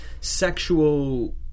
sexual